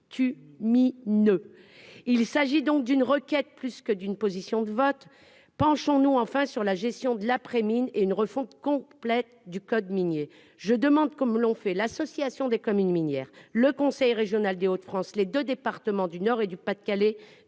davantage une requête qu'une explication de vote : penchons-nous enfin sur la gestion de l'après-mine et engageons une refonte complète du code minier. Je demande, comme l'ont fait l'Association des communes minières, le conseil régional des Hauts-de-France et les deux départements du Nord et du Pas-de-Calais,